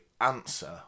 answer